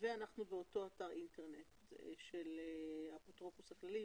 הפרסום באותו אתר אינטרנט של האפוטרופוס הכללי,